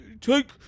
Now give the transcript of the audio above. Take